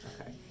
Okay